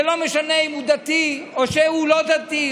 זה לא משנה אם הוא דתי או שהוא לא דתי,